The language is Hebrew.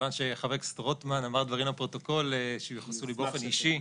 כיוון שחבר הכנסת רוטמן אמר דברים לפרוטוקול שיוחסו לי באופן אישי,